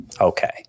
Okay